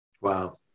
Wow